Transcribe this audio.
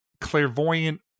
clairvoyant